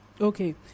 Okay